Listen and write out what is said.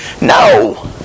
No